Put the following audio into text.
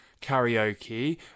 karaoke